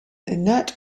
inert